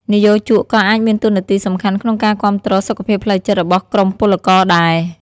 និយោជកក៏អាចមានតួនាទីសំខាន់ក្នុងការគាំទ្រសុខភាពផ្លូវចិត្តរបស់ក្រុមពលករដែរ។